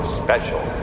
special